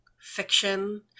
fiction